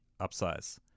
upsize